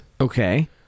okay